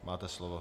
Máte slovo.